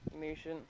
nation